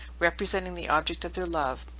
representing the object of their love,